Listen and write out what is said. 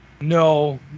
no